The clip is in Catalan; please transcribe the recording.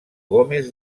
gómez